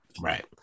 Right